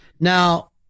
Now